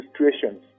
situations